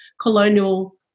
colonial